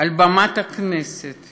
על במת הכנסת